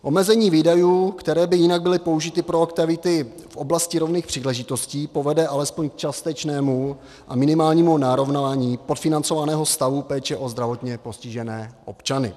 Omezení výdajů, které by jinak byly použity pro aktivity v oblasti rovných příležitostí, povede alespoň k částečnému a minimálnímu narovnání podfinancovaného stavu péče o zdravotně postižené občany.